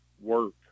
work